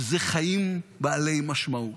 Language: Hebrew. שזה חיים בעלי משמעות.